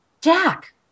Jack